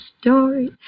story